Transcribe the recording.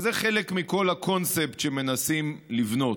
וזה חלק מכל הקונספט שמנסים לבנות,